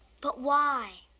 but why?